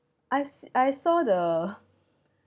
I s~ I saw the